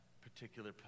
particular